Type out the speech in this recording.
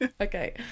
Okay